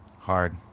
Hard